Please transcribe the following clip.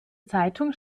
zeitung